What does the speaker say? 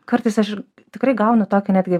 kartais aš tikrai gaunu tokią netgi